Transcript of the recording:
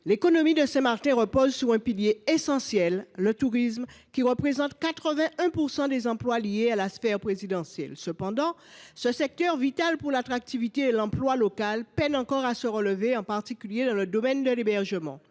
l’économie de Saint Martin repose sur un pilier essentiel : le tourisme, qui représente 81 % des emplois relevant de la sphère présentielle. Or ce secteur vital pour l’attractivité et l’emploi locaux peine encore à se relever, en particulier dans le domaine de l’hébergement,